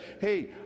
hey